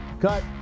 Cut